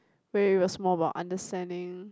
where it was more about understanding